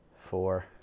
four